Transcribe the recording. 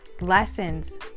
lessons